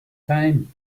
time